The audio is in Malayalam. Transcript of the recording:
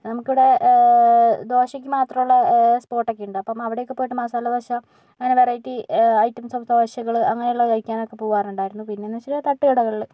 നമുക്കിവിടെ ദോശയ്ക്ക് മാത്രമുള്ള സ്പോട്ടൊക്കെ ഉണ്ട് അപ്പൊ അവിടെയൊക്കെ പോയിട്ട് മസാല ദോശ അങ്ങനെ വെറൈറ്റി ഐറ്റംസ് ഓഫ് ദോശകള് അങ്ങനെയുള്ളതൊക്കെ കഴിക്കാനൊക്കെ പോകാറുണ്ടായിരുന്നു പിന്നെന്ന് വച്ച തട്ടുകടകളിൽ